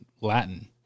Latin